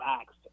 acts